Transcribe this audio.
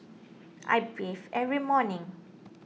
I breath every morning